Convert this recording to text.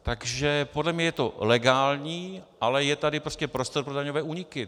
Takže podle mě je to legální, ale je tady prostě prostor pro daňové úniky.